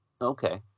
Okay